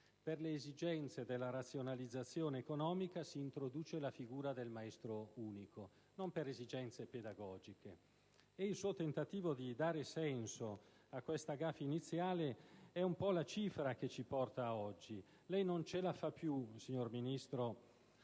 per le esigenze della razionalizzazione economica si introduce la figura del maestro unico. Non per esigenze pedagogiche. E il suo tentativo di dare senso a questa *gaffe* iniziale è un po' la cifra che ci porta ad oggi. Lei non ce la fa più, signora Ministro,